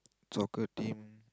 soccer team